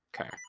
Okay